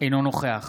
אינו נוכח